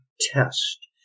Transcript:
test